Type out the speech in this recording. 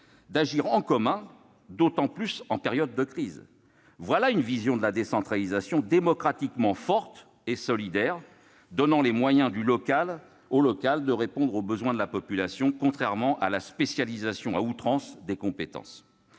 d'agir en commun avec l'État, d'autant plus en période de crise. Voilà une vision de la décentralisation démocratiquement forte et solidaire, qui donne les moyens au local de répondre aux besoins de la population, contrairement à la logique de spécialisation à outrance des compétences.